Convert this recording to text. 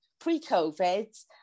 pre-covid